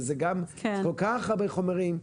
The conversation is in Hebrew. וזה גם כל כך הרבה חומרים,